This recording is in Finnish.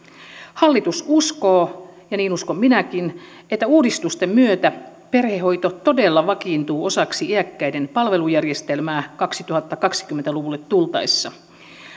hallitus uskoo ja niin uskon minäkin että uudistusten myötä perhehoito todella vakiintuu osaksi iäkkäiden palvelujärjestelmää kaksituhattakaksikymmentä luvulle tultaessa